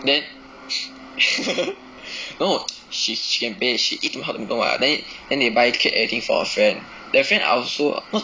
then no she can pay she eat Hot Tomato what then then they buy cake everything for her friend her friend I also